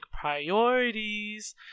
priorities